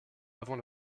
avant